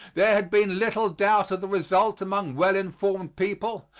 there had been little doubt of the result among well-informed people,